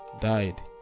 died